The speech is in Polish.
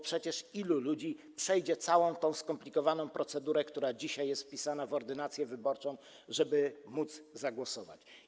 Przecież ilu ludzi przejdzie całą tę skomplikowaną procedurę, która dzisiaj jest wpisana w ordynację wyborczą, żeby móc zagłosować?